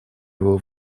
его